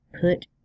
put